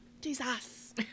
jesus